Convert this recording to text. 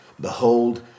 behold